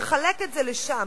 תחלק את זה שם.